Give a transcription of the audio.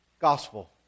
gospel